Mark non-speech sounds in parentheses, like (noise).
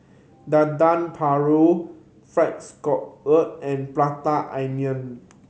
Dendeng Paru Fried Scallop (unintelligible) and Prata Onion